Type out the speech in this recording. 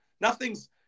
Nothing's